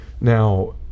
Now